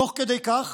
תוך כדי כך,